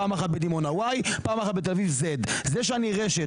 פעם אחת בדימונה Y ופעם אחת בתל-אביב Z. זה שאני רשת